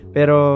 Pero